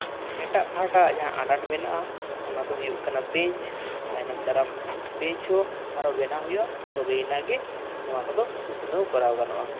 ᱮᱴᱟᱜ ᱯᱟᱦᱴᱟ ᱟᱜ ᱡᱟᱦᱟᱸ ᱟᱱᱟᱴ ᱢᱮᱱᱟᱜᱼᱟ ᱚᱱᱟ ᱫᱚ ᱦᱩᱭᱩᱜ ᱠᱟᱱᱟ ᱵᱮᱧᱪ ᱛᱟᱭᱚᱢᱼᱫᱟᱨᱟᱢ ᱵᱮᱧᱪ ᱦᱚᱸ ᱟᱨᱚ ᱵᱮᱱᱟᱣ ᱦᱩᱭᱩᱜᱼᱟ ᱛᱚᱵᱮᱭᱮᱱᱟ ᱜᱮ ᱱᱚᱣᱟ ᱠᱚᱫᱚ ᱩᱛᱱᱟᱹᱣ ᱠᱚᱨᱟᱣ ᱜᱟᱱᱚᱜᱼᱟ